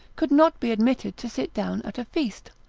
could not be admitted to sit down at a feast.